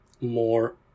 more